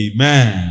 Amen